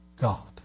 God